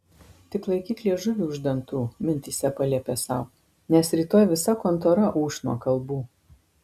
tik laikyk liežuvį už dantų mintyse paliepė sau nes rytoj visa kontora ūš nuo kalbų